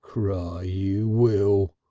cry you will.